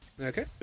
okay